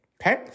Okay